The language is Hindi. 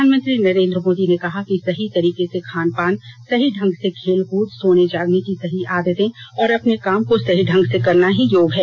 प्रधानमंत्री नरेन्द्र मोदी ने कहा कि सही तरीके से खानपान सही ढंग से खेलकूद सोने जगने के सही आदतें और अपने काम को सही ढंग से करना ही योग है